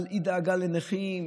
על אי-דאגה לנכים,